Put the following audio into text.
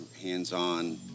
hands-on